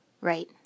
Right